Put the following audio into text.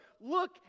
Look